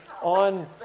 on